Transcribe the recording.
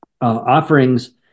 offerings